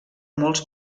molts